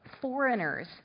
foreigners